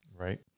Right